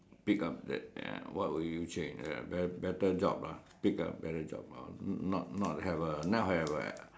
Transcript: pick up the what would you change better job lah pick a better job lah not not have a not have a